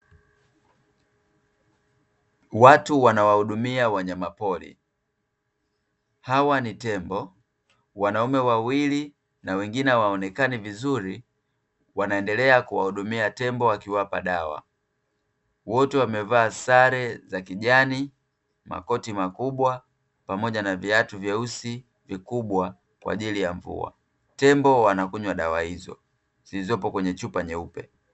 Watu wanawahudumia wanyamapori. Hawa ni tembo. Wanaume wawili na wengine hawaonekani vizuri wanaendelea kuwahudumia tembo wakiwapa dawa. Wote wamevaa sare za kijani, makoti makubwa, pamoja na viatu vyeusi vikubwa kwa ajili ya mvua. Tembo wanakunywa dawa hizo zilizopo kwenye chupa nyeupe.